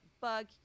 bug